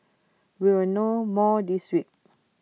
we will know more this week